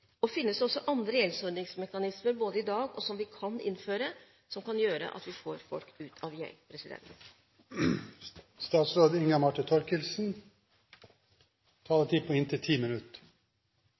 Finnes det også andre gjeldsordningsmekanismer, både i dag og som vi kan innføre, som kan gjøre at vi får folk ut av